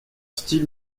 style